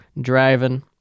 driving